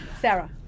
Sarah